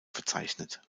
verzeichnet